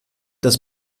das